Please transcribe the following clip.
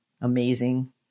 amazing